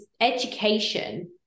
education